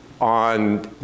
on